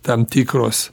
tam tikros